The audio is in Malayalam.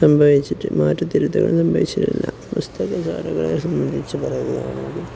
സംഭവിച്ചിട്ട് സംഭവിച്ചിട്ടില്ല പുസ്തകശാലകളെ സംബന്ധിച്ചു പറയുകയാണെങ്കിൽ